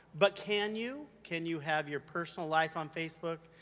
but can you, can you have your personal life on facebook,